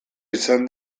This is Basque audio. izan